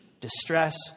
distress